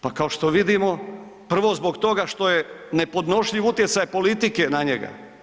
Pa kao što vidimo prvo zbog toga što je nepodnošljiv utjecaj politike na njega.